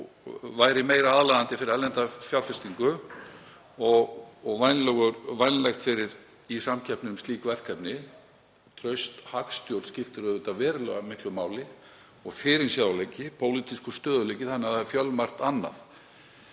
væri meira aðlaðandi fyrir erlenda fjárfestingu og vænlegt í samkeppni um slík verkefni. Traust hagstjórn skiptir auðvitað verulega miklu máli og fyrirsjáanleiki og pólitískur stöðugleiki, þannig að það er fjölmargt annað.